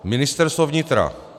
Ministerstvo vnitra.